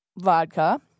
vodka